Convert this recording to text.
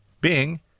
Bing